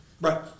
Right